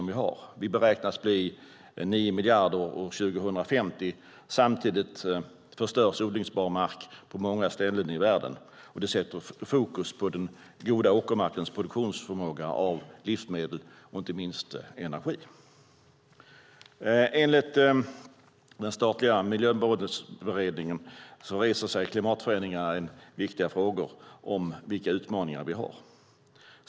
Vi beräknas bli nio miljarder år 2050. Samtidigt förstörs odlingsbar mark på många ställen i världen. Det sätter fokus på åkermarkens produktionsförmåga av livsmedel och inte minst energi. Enligt den statliga Miljömålsberedningen reser klimatförändringarna viktiga frågor om vilka utmaningar vi har.